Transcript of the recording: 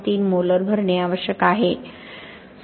3 molar भरणे आवश्यक आहे